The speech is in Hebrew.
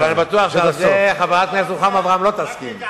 אבל אני בטוח שעל זה חברת הכנסת רוחמה אברהם לא תסכים.